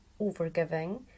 overgiving